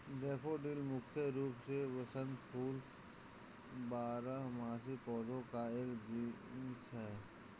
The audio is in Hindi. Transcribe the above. डैफ़ोडिल मुख्य रूप से वसंत फूल बारहमासी पौधों का एक जीनस है